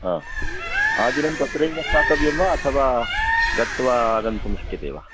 आदिनं तत्रैव स्थातव्यं वा अथवा गत्त्वा आगन्तुं शक्यते वा